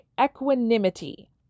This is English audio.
Equanimity